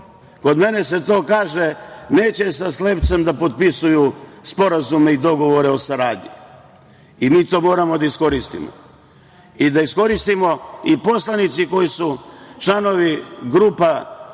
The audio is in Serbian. Kod mene se to kaže – neće sa slepcem da potpisuju sporazume i dogovore o saradnji. Mi to moramo da iskoristimo, i da iskoristimo i poslanici koji su članovi grupa